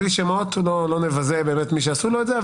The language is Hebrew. ולא נבזה את מי שעשו לו את זה.